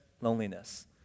loneliness